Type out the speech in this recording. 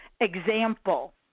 example